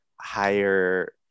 higher